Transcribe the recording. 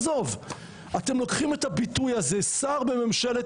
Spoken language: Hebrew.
אתם לוקחים את הביטוי הזה שר בממשלת